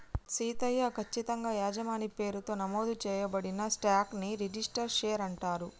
సీతయ్య, కచ్చితంగా యజమాని పేరుతో నమోదు చేయబడిన స్టాక్ ని రిజిస్టరు షేర్ అంటారు